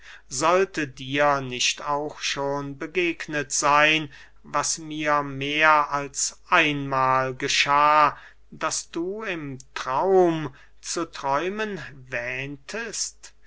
sollte dir nicht auch schon begegnet seyn was mir mehr als einmahl geschah daß du im traum zu träumen wähntest